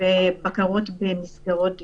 ובקרות במסגרות דיור.